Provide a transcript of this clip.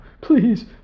Please